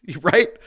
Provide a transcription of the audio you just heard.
Right